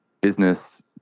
business